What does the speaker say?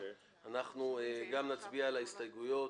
אנחנו גם נצביע על ההסתייגויות,